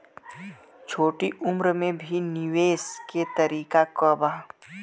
छोटी उम्र में भी निवेश के तरीका क बा?